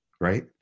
Right